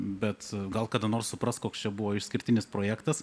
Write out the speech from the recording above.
bet gal kada nors supras koks čia buvo išskirtinis projektas